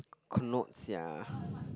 her notes ya